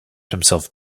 himself